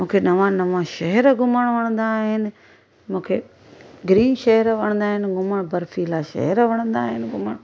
मूंखे नवा नवा शहर घुमण वणंदा आहिनि मूंखे ग्रीन शहर वणंदा आहिनि घुमण बर्फिला शहर वणंदा आहिनि घुमणु